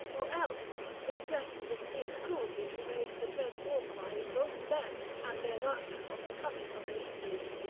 or else they threatened with fierce cruelty to raise the dread war-cry both then and thereafter on the coming of aeetes.